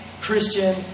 Christian